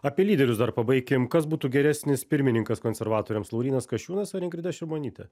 apie lyderius dar pabaikim kas būtų geresnis pirmininkas konservatoriams laurynas kasčiūnas ar ingrida šimonytė